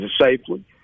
safely